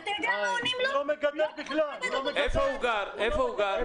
אסף, לאיזה הבנה הגעת